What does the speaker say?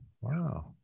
wow